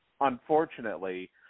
unfortunately